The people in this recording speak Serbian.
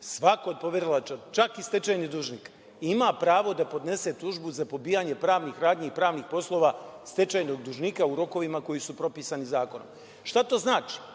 svako od poverilaca, čak i stečajni dužnik, ima pravo da podnese tužbu za pobijanje pravnih radnji i pravnih poslova stečajnog dužnika u rokovima koji su propisani zakonom - šta to znači?